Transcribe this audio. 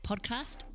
Podcast